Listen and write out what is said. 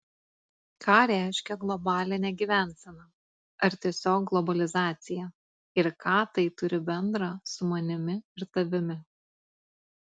ką reiškia globalinė gyvensena ar tiesiog globalizacija ir ką tai turi bendra su manimi ir tavimi